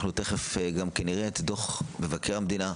אנחנו תיכף גם נראה את דוח מבקר המדינה,